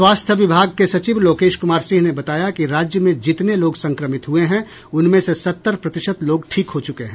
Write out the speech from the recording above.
स्वास्थ्य विभाग के सचिव लोकेश कुमार सिंह ने बताया कि राज्य में जितने लोग संक्रमित हुए हैं उनमें से सत्तर प्रतिशत लोग ठीक हो चुके हैं